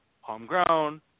homegrown